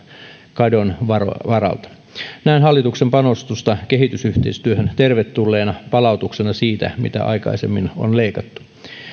kadon varalta näen hallituksen panostuksen kehitysyhteistyöhön tervetulleena palautuksena siitä mitä aikaisemmin on leikattu